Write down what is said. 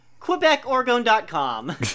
quebecorgone.com